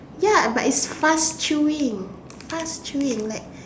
ya but it's fast chewing fast chewing like